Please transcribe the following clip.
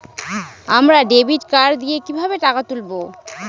আমরা debit card দিয়ে কিভাবে টাকা তুলবো?